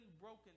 broken